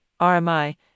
RMI